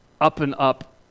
up-and-up